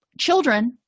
Children